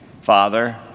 Father